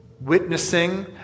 witnessing